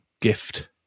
gift